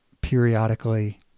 periodically